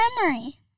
memory